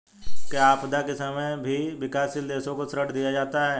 क्या आपदा के समय भी विकासशील देशों को ऋण दिया जाता है?